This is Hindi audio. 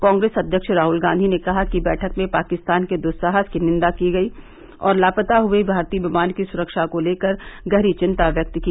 कांग्रेस अध्यक्ष राहुल गांधी ने कहा कि बैठक में पाकिस्तान के दुस्साहस की निंदा की गई और लापता हए भारतीय विमान की सुरक्षा को लेकर गहरी चिंता व्यक्त की